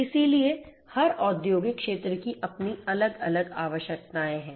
इसलिए हर औद्योगिक क्षेत्र की अपनी अलग आवश्यकताएं हैं